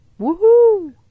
woohoo